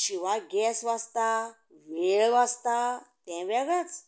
शिवाय गेस वाचता वेळ वाचता तें वेगळेंच